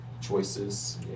choices